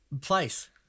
place